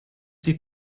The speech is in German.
die